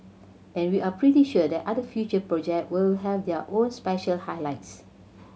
and we are pretty sure that other future project will have their own special highlights